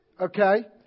okay